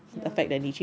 ya